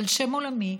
בעל שם עולמי,